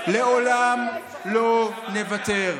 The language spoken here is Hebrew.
לעולם לא נוותר.